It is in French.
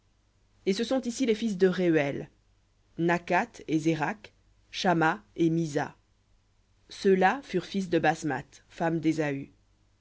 et ce sont ici les fils de rehuel nakhath et zérakh shamma et mizza ceux-là furent fils de basmath femme d'ésaü